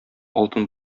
алтын